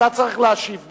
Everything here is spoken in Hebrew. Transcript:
אתה צריך להשיב באמת,